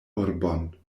urbon